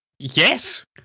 Yes